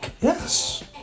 Yes